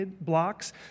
blocks